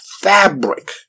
fabric